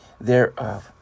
thereof